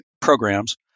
programs